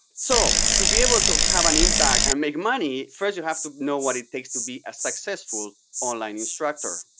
so to be able to have an impact and make money, first you have to know what it takes to be a successful online instructor,